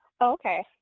Okay